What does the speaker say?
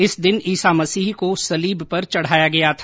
इस दिन ईसा मसीह को सलीब पर चढ़ाया गया था